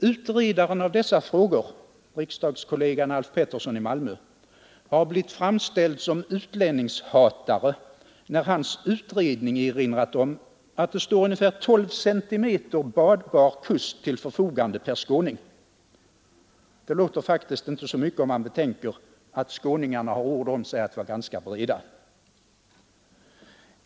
Utredaren av dessa frågor, riksdagskollegan Alf Pettersson i Malmö har blivit framställd som utlänningshatare, när hans utredning erinrat om att det står ungefär 12 cm badbar kust till förfogande per skåning. Det låter inte mycket, särskilt om man betänker att skåningarna har ord om sig att vara ganska breda.